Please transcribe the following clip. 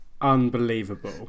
unbelievable